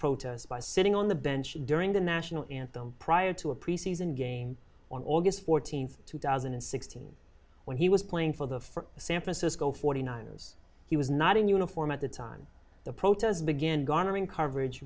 protest by sitting on the bench during the national anthem prior to a preseason game on aug fourteenth two thousand and sixteen when he was playing for the for the san francisco forty nine years he was not in uniform at the time the protests began garnering coverage